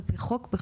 על פי חוק.